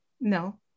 No